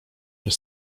mnie